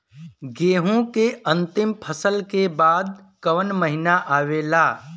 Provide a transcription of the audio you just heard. गेहूँ के अंतिम फसल के बाद कवन महीना आवेला?